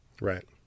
Right